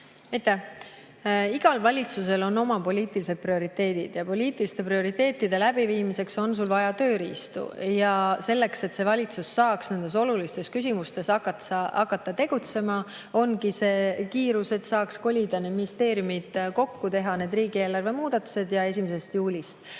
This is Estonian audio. Aitäh! Igal valitsusel on oma poliitilised prioriteedid ja poliitiliste prioriteetide läbiviimiseks on sul vaja tööriistu. Selleks, et valitsus saaks nendes olulistes küsimustes hakata tegutsema, ongi [vajalik] see kiirus, et saaks kolida need ministeeriumid kokku, teha riigieelarves muudatused ja 1. juulist